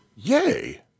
Yay